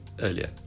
earlier